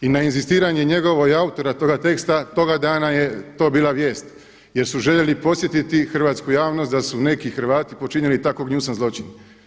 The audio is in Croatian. I na inzistiranje njegovo i autora toga teksta toga dana je to bila vijest jer su željeli podsjetiti hrvatsku javnost da su neki Hrvati počinili tako gnjusan zločin.